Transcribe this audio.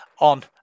on